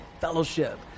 fellowship